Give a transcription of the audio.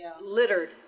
Littered